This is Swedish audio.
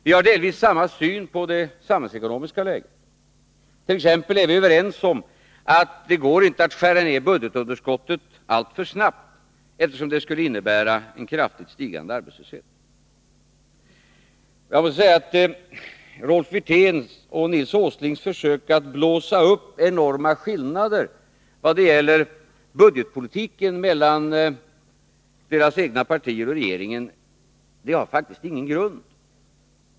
Vi har delvis samma syn på det samhällsekonomiska läget. Vi är exempelvis överens om att det inte går att skära ned budgetunderskottet alltför snabbt, eftersom det skulle innebära en kraftigt stigande arbetslöshet. Jag måste säga att Rolf Wirténs och Nils Åslings försök att blåsa upp enorma skillnader vad gäller budgetpolitiken mellan deras egna partier och regeringen faktiskt inte har någon grund.